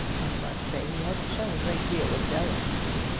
i must say he hasn't shown a great deal of delicacy.